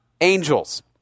angels